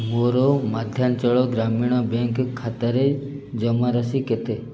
ମୋର ମଧ୍ୟାଞ୍ଚଳ ଗ୍ରାମୀଣ ବ୍ୟାଙ୍କ ଖାତାରେ ଜମାରାଶି କେତେ